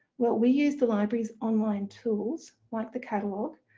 well we use the library's online tools, like the catalogue,